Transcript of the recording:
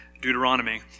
Deuteronomy